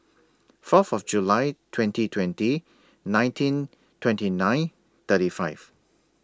Fourth of July twenty twenty nineteen twenty nine thirty five